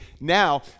Now